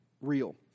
real